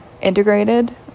integrated